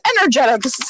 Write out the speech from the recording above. energetic